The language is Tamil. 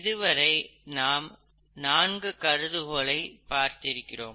இதுவரை நாம் 4 கருதுகோள்களை பார்த்திருக்கிறோம்